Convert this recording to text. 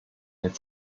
den